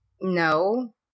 No